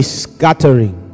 scattering